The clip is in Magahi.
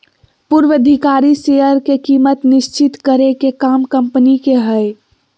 पूर्वधिकारी शेयर के कीमत निश्चित करे के काम कम्पनी के हय